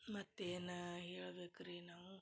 ಮತ್ತು ಏನು ಹೇಳ್ಬೇಕು ರೀ ನಾವು